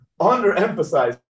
underemphasized